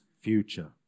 future